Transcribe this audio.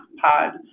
pod